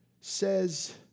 says